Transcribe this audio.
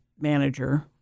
manager